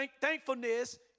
thankfulness